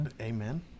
Amen